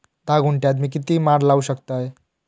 धा गुंठयात मी किती माड लावू शकतय?